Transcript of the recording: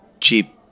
cheap